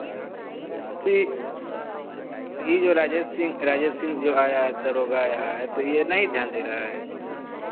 यह यह जो राजेश सिंह राजेश सिंह जो आया है दरोगा आया है तो ये नहीं ध्यान दे रहा है